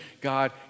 God